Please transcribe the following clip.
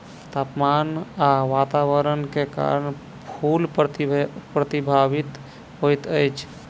तापमान आ वातावरण के कारण फूल प्रभावित होइत अछि